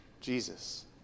Jesus